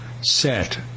set